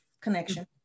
connection